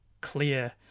clear